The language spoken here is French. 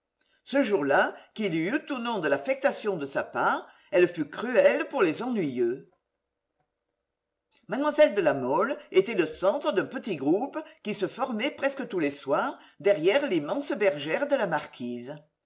ce jour-là qu'il y eût ou non de l'affectation de sa part elle fut cruelle pour les ennuyeux mlle de la mole était le centre d'un petit groupe qui se formait presque tous les soirs derrière l'immense bergère de la marquise